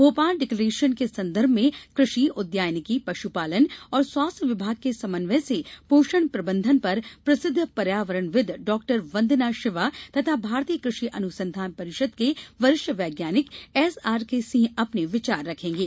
Bhopal declaration के संदर्भ में कृषि उद्यानिकी पशुपालन और स्वास्थ्य विभाग के समन्वय से पोषण प्रबंधन पर प्रसिद्ध पर्यावरणविद डॉवंदना शिवा तथा भारतीय कृषि अनुसंधान परिषद के वरिष्ठ वैज्ञानिक एसआरके सिंह अपने विचार रखेंगे